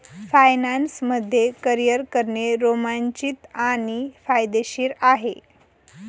finance मध्ये career करणे रोमांचित आणि फायदेशीर आहे